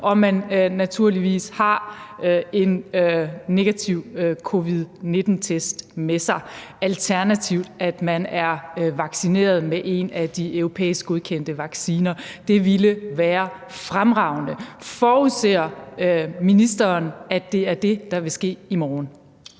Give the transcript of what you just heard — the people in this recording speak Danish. og man naturligvis har en negativ covid-19-test med sig, alternativt er vaccineret med en af de europæisk godkendte vacciner. Det ville være fremragende. Forudser ministeren, at det er det, der vil ske i morgen?